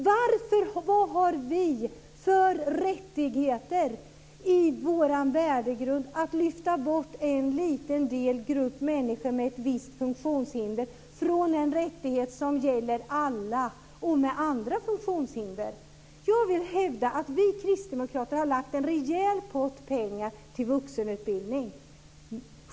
Vad har vi för rätt i vår värdegrund att lyfta bort en liten grupp människor med ett visst funktionshinder från en rättighet som gäller alla och med andra funktionshinder? Jag hävdar att vi kristdemokrater har lagt en rejäl pott pengar till vuxenutbildning.